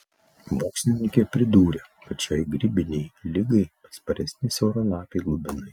mokslininkė pridūrė kad šiai grybinei ligai atsparesni siauralapiai lubinai